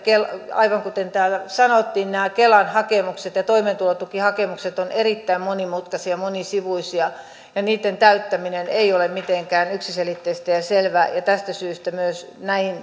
aivan kuten täällä sanottiin nämä kelan hakemukset ja toimeentulotukihakemukset ovat erittäin monimutkaisia monisivuisia ja niitten täyttäminen ei ole mitenkään yksiselitteistä ja selvää ja tästä syystä myös näihin